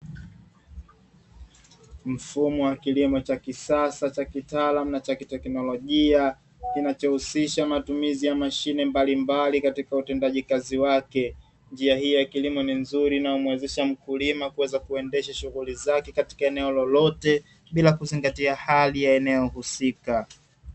Mfumo wa kilimo cha kisasa cha kitaalamu na cha kiteknolojia kinachohusisha matumizi ya mashine mbalimbali katika utendaji kazi wake. Njia hii ya kilimo ni nzuri inayomuwezesha mkulima kuweza kuendesha shughuli zake katika eneo lolote bila kuzingatia hali ya eneo husika.